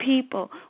people